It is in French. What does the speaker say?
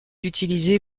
utilisée